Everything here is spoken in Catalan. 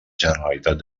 generalitat